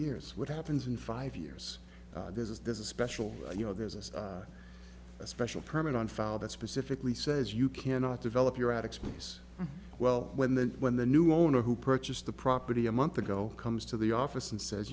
years what happens in five years this is there's a special you know there's a special permit on file that specifically says you cannot develop your attic space well when then when the new owner who purchased the property a month ago comes to the office and says